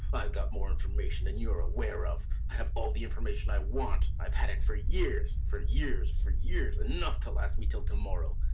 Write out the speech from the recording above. got more information than you're aware of. i have all the information i want. i have had it for years for years for years enough to last me till to-morrow!